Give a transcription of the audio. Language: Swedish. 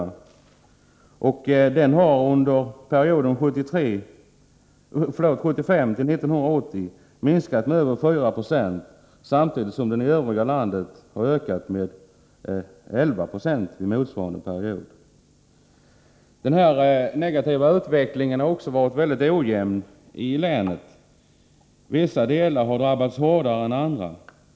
Den statliga sysselsättningen har under perioden 1975-1980 minskat med över 4 96, samtidigt som den i riket som helhet ökat med 11 96. Denna negativa utveckling har också varit mycket ojämn i länet. Vissa delar har drabbats hårdare än andra.